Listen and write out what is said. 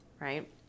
right